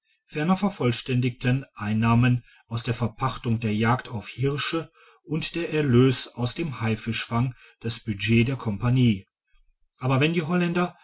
ferner vervollständigten einnahmen aus der verpachtung der jagd auf hirsche und der erlös aus dem haifischfang das budget der kompagnie aber wenn die holländer